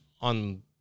on